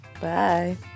Bye